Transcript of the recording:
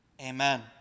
Amen